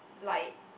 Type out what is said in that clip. like